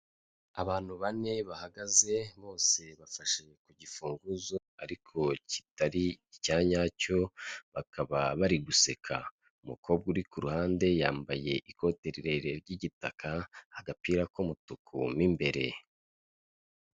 Abantu bane bahagaze, bose bafashe ku gifunguzo, ariko kitari icyanyacyo bakaba bari guseka, umukobwa uri ku ruhande yambaye ikote rirerire ry'igitaka, agapira k'umutuku mo imbere.